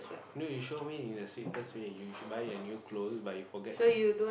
no you show me the safest way you should buy a new clothes but you forget to